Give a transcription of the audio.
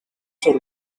sort